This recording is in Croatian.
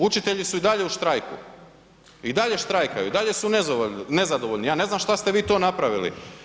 Učitelji su i dalje u štrajku i dalje štrajkaju i dalje su nezadovoljni, ja ne znam šta ste vi to napravili.